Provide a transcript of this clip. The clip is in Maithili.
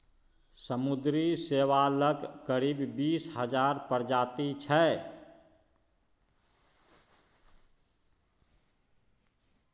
समुद्री शैवालक करीब बीस हजार प्रजाति छै